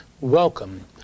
Welcome